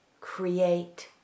create